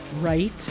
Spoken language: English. right